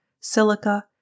silica